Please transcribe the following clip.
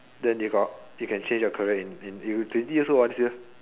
then they got you can change your career in in you twenty years old hor this year